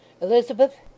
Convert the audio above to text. Elizabeth